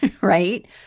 right